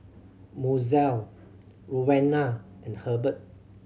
Mozelle Rowena and Hurbert